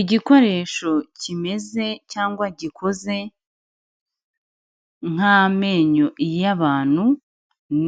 Igikoresho kimeze cyangwa gikoze nk'amenyo y'abantu,